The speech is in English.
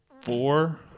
four